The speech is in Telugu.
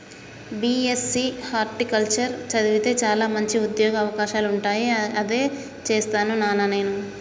బీ.ఎస్.సి హార్టికల్చర్ చదివితే చాల మంచి ఉంద్యోగ అవకాశాలుంటాయి అదే చేస్తాను నానా నేను